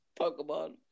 Pokemon